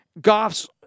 Goff's